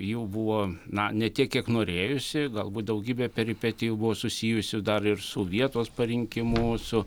jų buvo na ne tiek kiek norėjosi galbūt daugybė peripetijų buvo susijusi dar ir su vietos parinkimu su